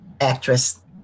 actress